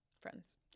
friends